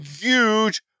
huge